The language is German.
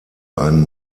ein